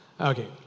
Okay